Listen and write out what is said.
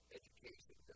education